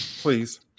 please